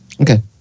Okay